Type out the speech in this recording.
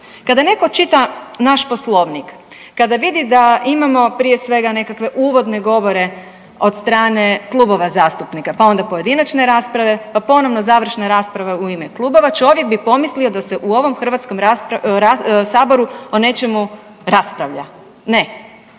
Kada netko čita naš Poslovnik, kada vidi da imamo prije svega, nekakve uvodne govore od strane klubova zastupnika, pa onda pojedinačne rasprave pa ponovno završne rasprave u ime klubova, čovjek bi pomislio da se u ovom HS-u o nečemu raspravlja. Ne.